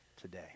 today